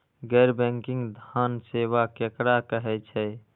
गैर बैंकिंग धान सेवा केकरा कहे छे?